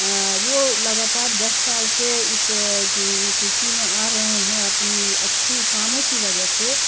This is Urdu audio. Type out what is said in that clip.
وہ لگاتار دس سال سے اس کرسی میں آ رہے ہیں اپنی اچھی کاموں کی وجہ سے